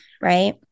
right